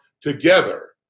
together